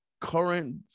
current